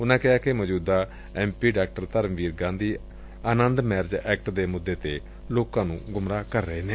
ਉਨੂੰ ਕਿਹਾ ਕਿ ਮੌਜੂਦਾ ਐਮ ਪੀ ਡਾ ਧਰਮਵੀਰ ਗਾਧੀ ਆਨੰਦ ਮੈਰਿਜ ਐਕਟ ਦੇ ਮੁੱਦੇ ਤੇ ਲੋਕਾ ਨੂੰ ਗੁੰਮਰਾਹ ਕਰ ਰਹੇ ਨੇ